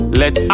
let